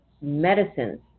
medicines